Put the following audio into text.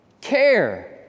Care